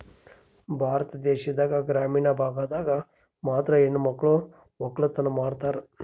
ಭಾರತ ದೇಶದಾಗ ಗ್ರಾಮೀಣ ಭಾಗದಾಗ ಮಾತ್ರ ಹೆಣಮಕ್ಳು ವಕ್ಕಲತನ ಮಾಡ್ತಾರ